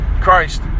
Christ